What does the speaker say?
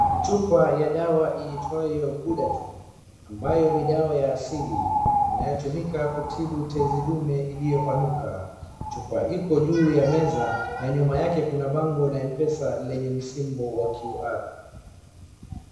Chupa ya dawa iitwayo GHUDATUN ambayo ni dawa ya asili inayotumika kutibu tezi ndume iliyopanuka. Chupa iko juu ya meza na nyuma yake kuna bango la Mpesa lenye msimbo wa QR.